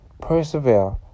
Persevere